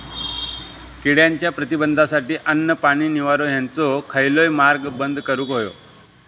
किड्यांच्या प्रतिबंधासाठी अन्न, पाणी, निवारो हेंचो खयलोय मार्ग बंद करुक होयो